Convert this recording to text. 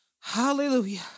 Hallelujah